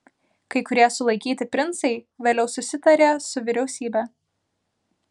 kai kurie sulaikyti princai vėliau susitarė su vyriausybe